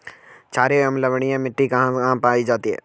छारीय एवं लवणीय मिट्टी कहां कहां पायी जाती है?